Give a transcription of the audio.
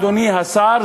אדוני השר,